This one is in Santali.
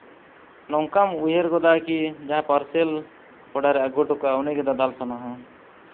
ᱱᱚᱝᱠᱟᱢ ᱩᱭᱦᱟᱹᱨ ᱜᱚᱫᱟ ᱠᱤ ᱡᱟᱦᱟᱸᱭ ᱯᱟᱨᱥᱮ ᱞ ᱚᱠᱚᱭᱴᱟᱜ ᱟᱹᱜᱩ ᱠᱟᱜᱼᱟ ᱩᱱᱤ ᱜᱮ ᱫᱟᱫᱟᱞ ᱥᱟᱱᱟᱣᱟ